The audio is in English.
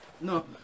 No